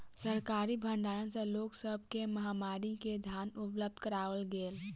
सरकारी भण्डार सॅ लोक सब के महामारी में धान उपलब्ध कराओल गेल